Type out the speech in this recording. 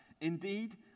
Indeed